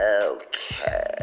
Okay